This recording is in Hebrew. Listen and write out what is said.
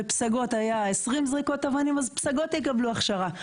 בפסגות היה 20 זריקות אבנים אז פסגות יקבלו הכשרה.